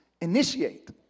initiate